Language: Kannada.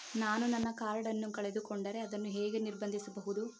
ನಾನು ನನ್ನ ಕಾರ್ಡ್ ಅನ್ನು ಕಳೆದುಕೊಂಡರೆ ಅದನ್ನು ಹೇಗೆ ನಿರ್ಬಂಧಿಸಬಹುದು?